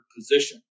position